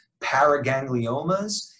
paragangliomas